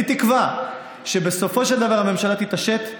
אני מקווה שבסופו של דבר הממשלה תתעשת,